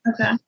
okay